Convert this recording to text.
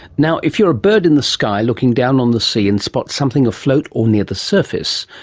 now, if you're a bird in the sky looking down on the sea and spot something afloat or near the surface,